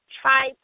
try